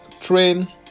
train